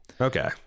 Okay